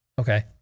Okay